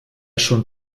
schon